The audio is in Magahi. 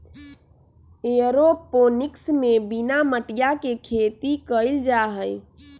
एयरोपोनिक्स में बिना मटिया के खेती कइल जाहई